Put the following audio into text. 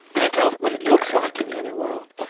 and it tells what it looks like in the other world,